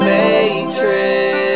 Matrix